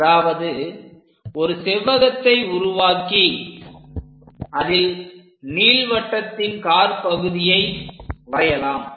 அதாவது ஒரு செவ்வகத்தை உருவாக்கி அதில் நீள்வட்டத்தின் காற்பகுதியை வரையலாம்